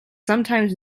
sometimes